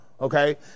okay